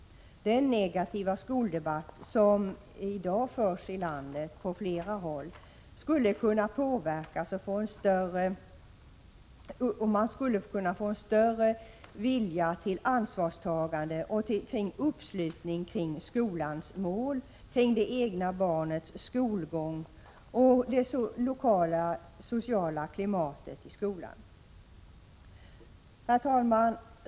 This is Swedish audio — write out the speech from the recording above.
Den negativa skoldebatt som i dag förs på flera håll i landet skulle därigenom kunna påverkas, och man skulle kunna få en större vilja till ansvarstagande och uppslutning kring skolans mål, kring det egna barnets skolgång och det lokala sociala klimatet i skolan. Herr talman!